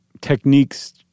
techniques